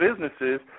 businesses –